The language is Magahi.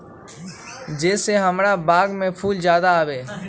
जे से हमार बाग में फुल ज्यादा आवे?